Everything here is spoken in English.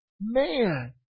Man